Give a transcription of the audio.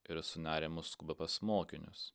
ir sunerimus skuba pas mokinius